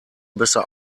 besser